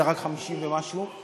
אלא רק 50 ומשהו,